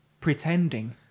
pretending